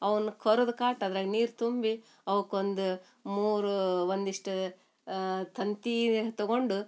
ಅವನ್ನ ಕೊರೆದು ಕಾಟ್ ಅದ್ರಾಗ ನೀರು ತುಂಬಿ ಅವ್ಕೊಂದು ಮೂರು ಒಂದಿಷ್ಟು ತಂತಿ ತಗೊಂಡು